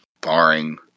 barring